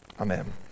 Amen